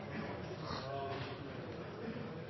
sa